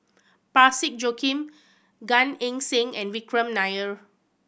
Parsick Joaquim Gan Eng Seng and Vikram Nair